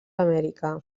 amèrica